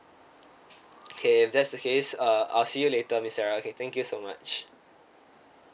K if that's a case uh I'll see you later miss sarah okay thank you so much